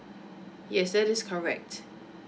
yes that is correct